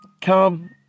come